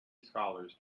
scholars